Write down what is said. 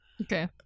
Okay